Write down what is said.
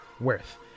worth